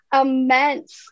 immense